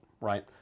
right